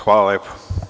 Hvala lepo.